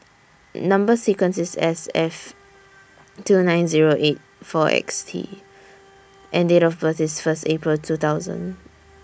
Number sequence IS S F two nine eight four six T and Date of birth IS First April two thousand